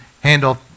handle